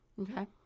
Okay